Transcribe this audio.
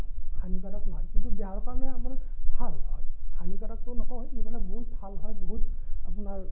হানিকাৰক নহয় কিন্তু দেহৰ কাৰণে আপোনাৰ ভাল হয় হানিকাৰকটো নকওঁ এইবিলাক বহুত ভাল হয় বহুত আপোনাৰ